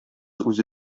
үзе